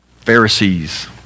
Pharisees